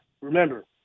Remember